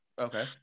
Okay